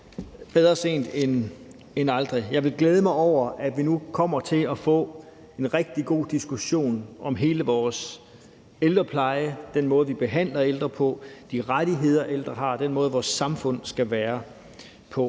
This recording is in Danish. »bedre sent end aldrig«. Jeg vil glæde mig over, at vi nu kommer til at få en rigtig god diskussion om hele vores ældrepleje; den måde, vi behandler ældre på, de rettigheder, ældre har, og den måde, vores samfund skal være på.